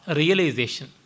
realization